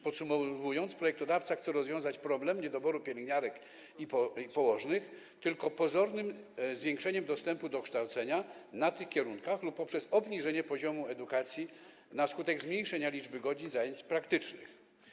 Podsumowując, projektodawca chce rozwiązać problem niedoboru pielęgniarek i położnych tylko pozornym zwiększeniem dostępu do kształcenia na tych kierunkach lub poprzez obniżenie poziomu edukacji na skutek zmniejszenia liczby godzin zajęć praktycznych.